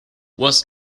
was